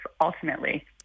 Ultimately